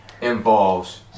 involves